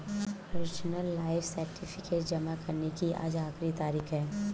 pensioner life certificate जमा करने की आज आखिरी तारीख है